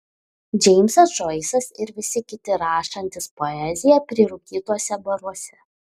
džeimsas džoisas ir visi kiti rašantys poeziją prirūkytuose baruose